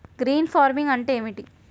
Green farming అంటే ఏమిటి?